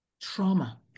Trauma